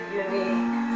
unique